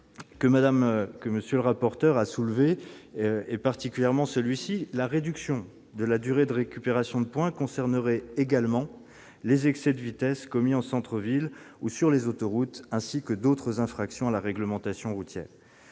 texte. Je pense en particulier au fait que la réduction du délai de récupération des points concernerait également les excès de vitesse commis en centre-ville ou sur les autoroutes, ainsi que d'autres infractions à la réglementation routière.